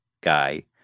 guy